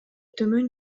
төмөн